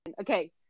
Okay